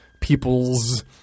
people's